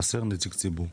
חסר נציג ציבור.